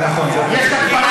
נכון, בזה אתה צודק.